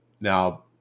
now